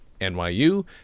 NYU